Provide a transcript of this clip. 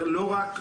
לא רק,